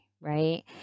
right